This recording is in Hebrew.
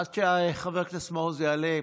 עד שחבר הכנסת מעוז יעלה,